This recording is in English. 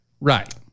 Right